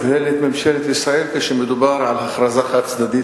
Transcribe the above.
כי הפתרונות